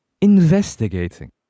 investigating